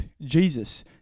Jesus